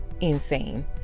insane